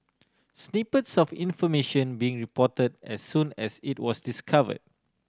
snippets of information being report as soon as it was discover